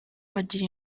bagira